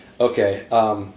Okay